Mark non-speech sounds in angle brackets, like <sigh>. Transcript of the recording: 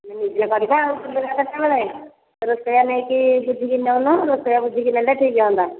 ଆମେ ନିଜେ କରିବା ଆଉ <unintelligible> ରୋଷେଇୟା ନେଇକି ବୁଝିକି ନଉନ ରୋଷେଇୟା ବୁଝିକି ନେଲେ ଠିକ୍ ହଅନ୍ତା